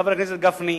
חבר הכנסת גפני,